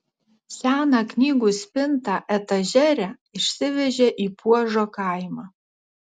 seną knygų spintą etažerę išsivežė į puožo kaimą